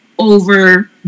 over